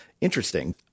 interesting